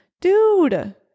Dude